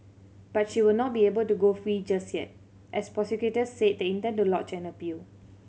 but she will not be able to go free just yet as prosecutors said they intend to lodge an appeal